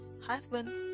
husband